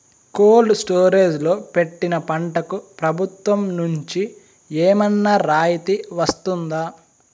Cold storage లో పెట్టిన పంటకు ప్రభుత్వం నుంచి ఏమన్నా రాయితీ వస్తుందా?